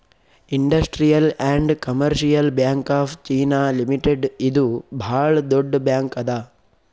industrial and commercial bank of China limited ಇದು ಭಾಳ್ ದೊಡ್ಡ ಬ್ಯಾಂಕ್ ಅದಾ